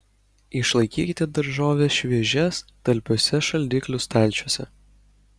išlaikykite daržoves šviežias talpiuose šaldiklių stalčiuose